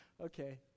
Okay